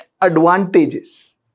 advantages